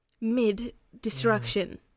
mid-destruction